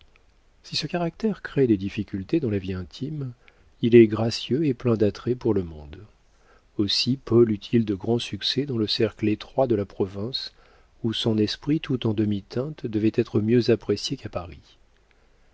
si ce caractère crée des difficultés dans la vie intime il est gracieux et plein d'attraits pour le monde aussi paul eut-il de grands succès dans le cercle étroit de la province où son esprit tout en demi teintes devait être mieux apprécié qu'à paris